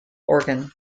organ